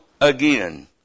again